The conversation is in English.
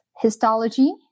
histology